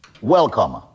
welcome